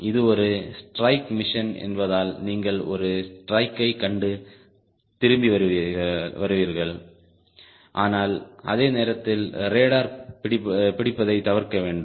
இது ஒரு strike mission என்பதால் நீங்கள் ஒரு ஸ்ட்ரைக்கை கண்டு திரும்பி வருகிறீர்கள் ஆனால் அதே நேரத்தில் ரேடார் பிடிப்பதைத் தவிர்க்க வேண்டும்